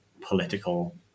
political